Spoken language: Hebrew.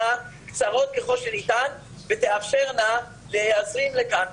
קצרות ככל שניתן ותאפשרנה להזרים לכאן,